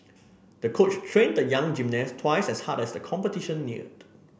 the coach trained the young gymnast twice as hard as the competition neared